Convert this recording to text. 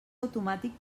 automàtic